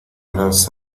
las